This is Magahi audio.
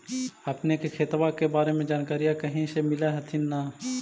अपने के खेतबा के बारे मे जनकरीया कही से मिल होथिं न?